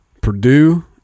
Purdue